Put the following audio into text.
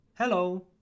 hello